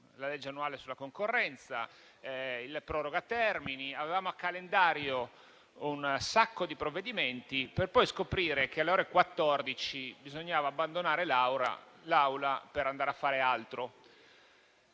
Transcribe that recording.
la legge annuale sulla concorrenza e il decreto cosiddetto proroga termini. Avevamo in calendario un sacco di provvedimenti, per poi scoprire che alle ore 14 bisognava abbandonare l'Aula per andare a fare altro,